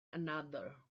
another